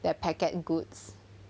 their packet goods